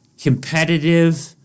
competitive